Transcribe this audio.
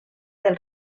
del